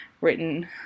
written